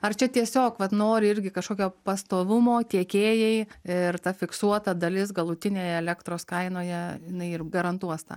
ar čia tiesiog vat nori irgi kažkokio pastovumo tiekėjai ir ta fiksuota dalis galutinėje elektros kainoje jinai ir garantuos tą